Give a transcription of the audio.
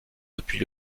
depuis